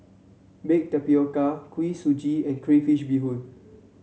bake tapioca Kuih Suji and Crayfish Beehoon